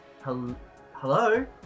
Hello